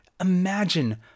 Imagine